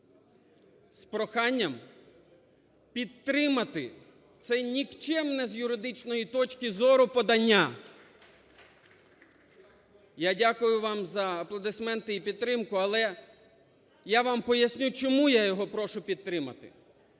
з проханням підтримати це нікчемне, з юридичної точки зору, подання. Я дякую вам за аплодисменти і підтримку, але вам я поясню, чому я його прошу підтримати.